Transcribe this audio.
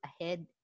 Ahead